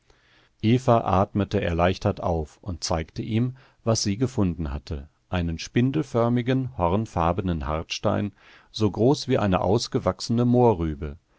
eva atmete erleichtert auf und zeigte ihm was sie gefunden hatte einen spindelförmigen hornfarbenen hartstein so groß wie eine ausgewachsene mohrrübe